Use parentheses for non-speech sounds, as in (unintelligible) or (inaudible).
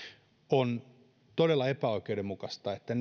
on todella epäoikeudenmukaista että (unintelligible)